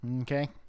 Okay